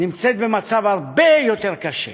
נמצאת במצב הרבה יותר קשה.